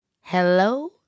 Hello